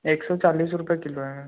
एक सौ चालीस रुपये किलो है मैम